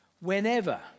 Whenever